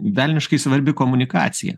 velniškai svarbi komunikacija